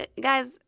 guys